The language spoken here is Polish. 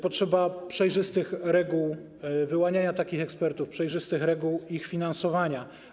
Potrzeba przejrzystych reguł wyłaniania takich ekspertów, przejrzystych reguł ich finansowania.